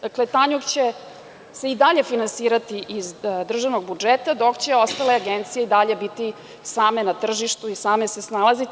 Dakle, „Tanjug“ će se i dalje finansirati iz državnog budžeta, dok će ostale agencije i dalje biti same na tržištu i same se snalaziti.